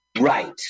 Right